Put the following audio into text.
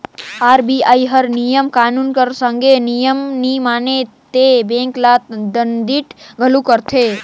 RBI हर नियम कानून कर संघे नियम नी माने ते बेंक ल दंडित घलो करथे